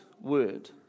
word